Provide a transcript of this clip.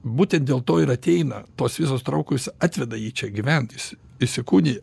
būtent dėl to ir ateina tos visos traukos atveda jį čia gyvent jis įsikūnija